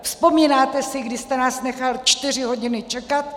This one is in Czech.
Vzpomínáte si, kdy jste nás nechal čtyři hodiny čekat?